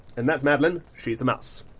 and that's madeleine she's a mouse.